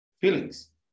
feelings